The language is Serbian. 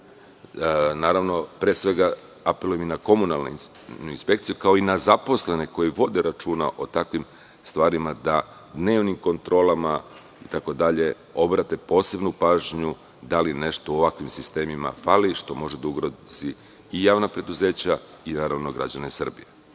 Naravno, pre svega apelujem i na komunalnu inspekciju i na zaposlene koji vode računa o takvim stvarima, da dnevnim kontrolama itd, obrate posebnu pažnju da li nešto u ovakvim sistemima hvali što može da ugrozi i javna preduzeća i, naravno, građane Srbije. Na